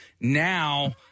Now